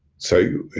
so,